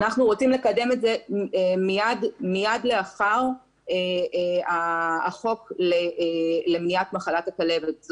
אנחנו רוצים לקדם את זה מיד לאחר החוק למניעת מחלת הכלבת.